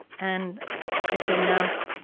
and i said no,